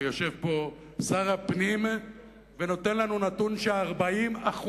ויושב פה שר הפנים ונותן לנו נתון ש-40%,